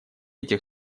этих